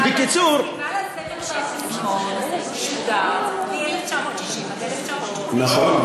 פסטיבל הזמר והפזמון שודר מ-1960 עד 1980. נכון.